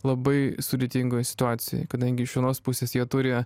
labai sudėtingoje situacijoj kadangi iš vienos pusės jie turi